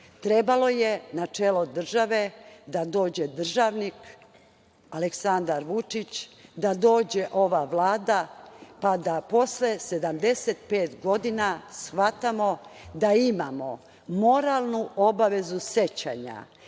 trebalo je na čelo države da dođe državnik Aleksandar Vučić, da dođe ova Vlada, pa da posle 75 godina shvatamo da imamo moralnu obavezu sećanja